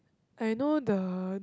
I know the